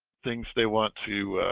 things they want to